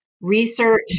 Research